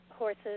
Horses